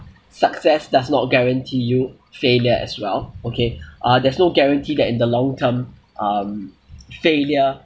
success does not guarantee you failure as well okay uh there's no guarantee that in the long term um failure